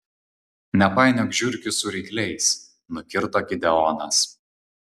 nepainiok žiurkių su rykliais nukirto gideonas